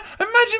Imagine